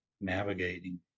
navigating